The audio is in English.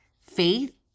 Faith